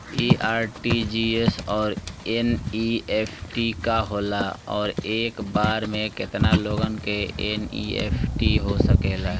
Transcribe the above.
इ आर.टी.जी.एस और एन.ई.एफ.टी का होला और एक बार में केतना लोगन के एन.ई.एफ.टी हो सकेला?